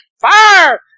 fire